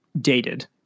dated